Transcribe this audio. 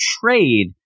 trade